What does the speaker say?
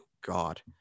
God